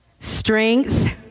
Strength